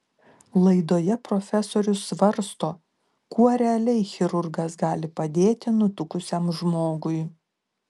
laidoje profesorius svarsto kuo realiai chirurgas gali padėti nutukusiam žmogui